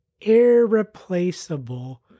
irreplaceable